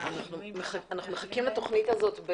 אנחנו מחכים לתוכנית הזאת.